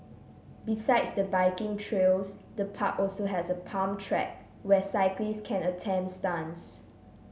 besides the biking trails the park also has a pump track where cyclists can attempt stunts